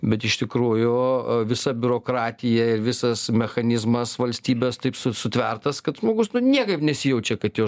bet iš tikrųjų visa biurokratija ir visas mechanizmas valstybės taip su sutvertas kad žmogus nu niekaip nesijaučia kad jo